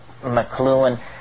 McLuhan